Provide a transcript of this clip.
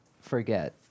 forget